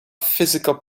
physical